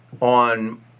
on